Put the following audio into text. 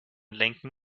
lenken